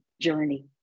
journey